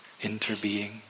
interbeing